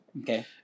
Okay